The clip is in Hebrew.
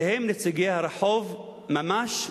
שהם נציגי הרחוב ממש,